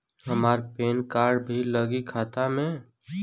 हमार PAN card भी लगी खाता में?